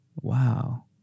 Wow